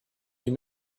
him